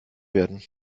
werden